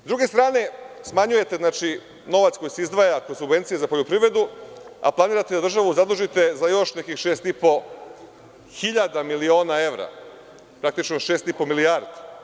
S druge strane, smanjujete novac koji se izdvaja kroz subvencije za poljoprivredu, a planirate da državu zadužite za još nekih 6,5 hiljada miliona evra, praktično 6,5 milijardi.